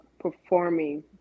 performing